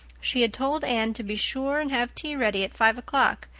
she had told anne to be sure and have tea ready at five o'clock,